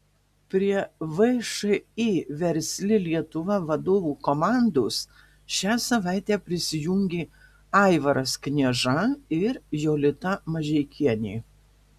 prie všį versli lietuva vadovų komandos šią savaitę prisijungė aivaras knieža ir jolita mažeikienė